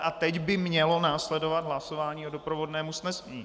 A teď by mělo následovat hlasování o doprovodném usnesení.